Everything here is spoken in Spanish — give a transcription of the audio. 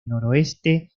noroeste